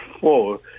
four